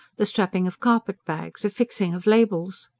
the strapping of carpet-bags, affixing of labels.